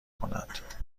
کند